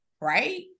right